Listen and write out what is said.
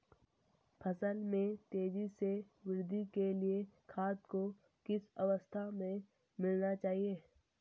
फसल में तेज़ी से वृद्धि के लिए खाद को किस अवस्था में मिलाना चाहिए?